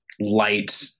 light